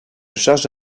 charge